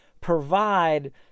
provide